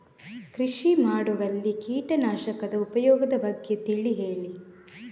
ಕೃಷಿ ಮಾಡುವಲ್ಲಿ ಕೀಟನಾಶಕದ ಉಪಯೋಗದ ಬಗ್ಗೆ ತಿಳಿ ಹೇಳಿ